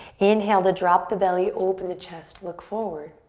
inhale to drop the belly, open the chest, look forward.